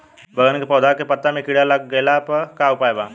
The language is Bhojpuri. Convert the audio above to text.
बैगन के पौधा के पत्ता मे कीड़ा लाग गैला पर का उपाय बा?